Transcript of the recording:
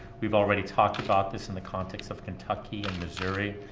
we've already talked about this in the context of kentucky and missouri.